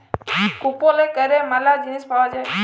কুপলে ক্যরে ম্যালা জিলিস পাউয়া যায়